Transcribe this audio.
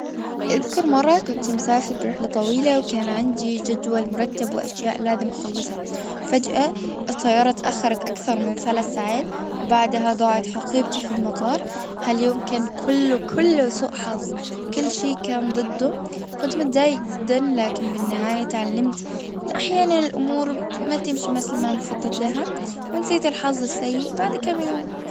أذكر مرة كنت مسافر برحلة طويلة وكان عندي جدول مرتب وأشياء لازم أخلصها. فجأة الطيارة أتأخرت أكثر من ثلاث ساعات. بعدها ضاعت حقيبتي في المطار. هاليوم كان كله-كله سوء حظ. كل شيء كان ضدي. كنت متضايق جدا لكن بالنهاية تعلمت الأمور ما تمشي مثل ما نخطط لها. ونسيت الحظ السيء بعد كام يوم.